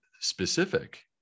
specific